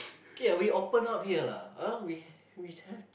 okay we open up here lah ah we we have